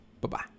Bye-bye